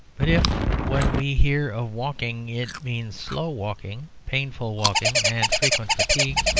but if when we hear of walking it means slow walking, painful walking, and frequent fatigue,